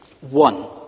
One